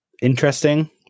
interesting